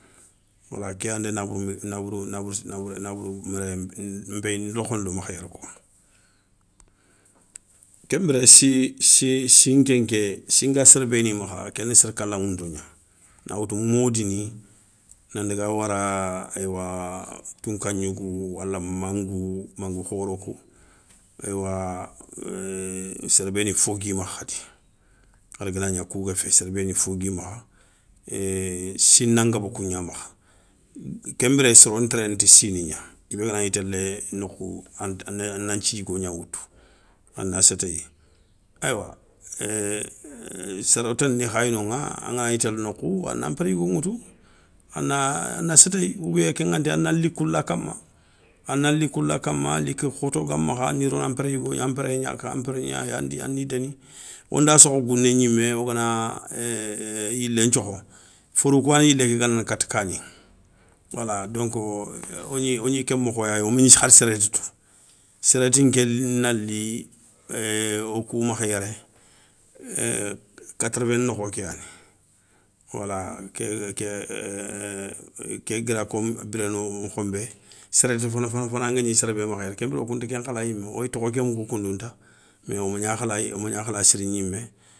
Wala ké yanda nabour nabour nabourou méréyé npéyeni lokhondo makha yéré koi, ken biré si si si nkenké, si nga soro béni makha, kéni séra kalaŋounto gna, na woutou modini, nan daga wara eywa, tounka gnougou wala mangou, mangou khoro kou eywa ééé soro béni, fo gui makha khadi hara ganagna kou ga fé séré béni fo gui makha, si nangaba kou gna makha. Kenbiré soro ntéréné ti sinigna, i bé ganagni télé nokhou a nan thi yougo gna woutou a na sétéyi, éywa soro tanani khay noŋa anganagni télé nokhou a na npéré yougo ŋoutou a na sétéye. Oubien kengantéyi a na likou la kama, a na likou la kamma, liki khoto ga makha a ni rona an péré yougo gna, an péré gnayi ani déni. Wonda sokho gouné gnimé ogana yilén nthiokho, forou kouwana yilé ké ganana kata kani. Wala donko wo gni ké mokho yayi womagni har séréti tou, séréti nké nali ééé, wokou makha yéré quatre vingt nokho kéyani, wala ké ga guira ko bironou mokhonbé, séréti fana fana fana nguégni séré bé makha yéré, kenbiré wokounta ké nkhala yimé woy tokho ké moukou koundou nta, mé womagna khala siri gnimé.